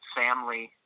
family